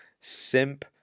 simp